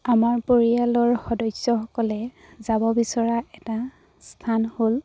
আমাৰ পৰিয়ালৰ সদস্যসকলে যাব বিচৰা এটা স্থান হ'ল